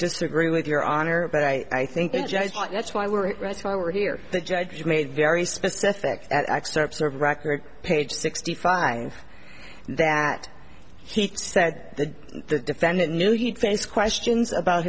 disagree with your honor but i think that's why we're that's why we're here the judge made very specific excerpts of record page sixty five that he said that the defendant knew he'd face questions about